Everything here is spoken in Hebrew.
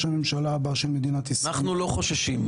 הממשלה הבא של מדינת ישראל --- אנחנו לא חוששים,